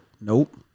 Nope